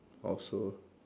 or so